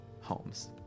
Homes